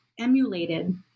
emulated